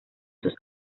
sus